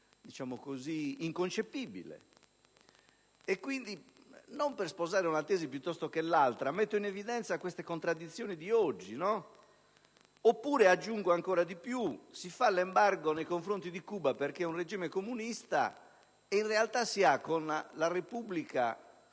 assolutamente inconcepibile e, quindi, non per sposare una tesi piuttosto che l'altra, metto in evidenza queste contraddizioni di oggi. Aggiungo ancora che si fa l'embargo nei confronti di Cuba perché è un regime comunista e poi, in realtà, si hanno con la Repubblica